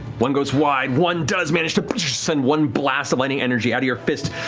one goes wide, one does manage to send one blast of lightning energy out of your fist,